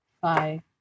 Bye